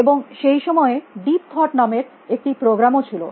এবং সেই সময়েই ডিপ থট নামের একটি প্রোগ্রামও ছিল